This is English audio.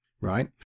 right